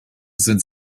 sind